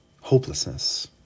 hopelessness